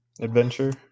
Adventure